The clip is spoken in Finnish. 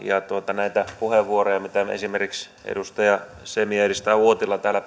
näitä puheenvuoroja ja tämänsuuntaisia vertauksiahan mitä esimerkiksi edustaja semi ja edustaja uotila täällä